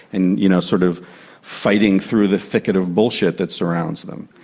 and you know sort of fighting through the thicket of bullshit that surrounds them.